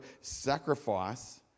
sacrifice